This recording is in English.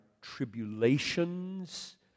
tribulations